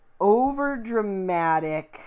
overdramatic